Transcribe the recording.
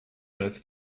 earth